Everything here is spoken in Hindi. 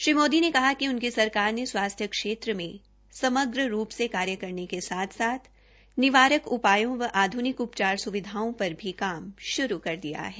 श्री मोदी ने कहा कि उनकी सरकार ने स्वास्थ्य क्षेत्र में समग्र रूप से कार्य करने के साथ साथ निवारक उपायों व आध्निक उपचार स्विधाओं पर भी काम श्रू कर दिया है